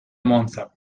monza